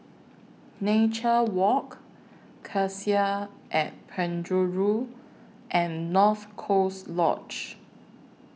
Nature Walk Cassia At Penjuru and North Coast Lodge